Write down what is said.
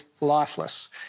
lifeless